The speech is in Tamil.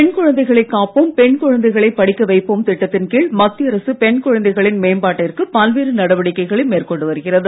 பெண் குழந்தைகளை காப்போம் பெண் குழந்தைகளை படிக்க வைப்போம் திட்டத்தின் கீழ் மத்திய அரசு பெண் குழந்தைகளின் மேம்பாட்டிற்கு பல்வேறு நடவடிக்கைகளை மேற்கொண்டு வருகிறது